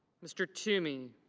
mr. toomey.